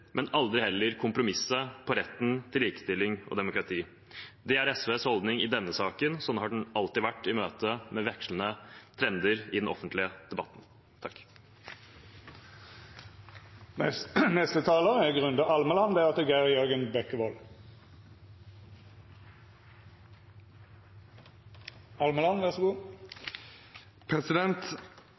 men aldri heller kompromisse på retten til likestilling og demokrati. Det er SVs holdning i denne saken, og sånn har den alltid vært i møte med vekslende trender i den offentlige debatten.